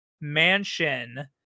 mansion